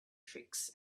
tricks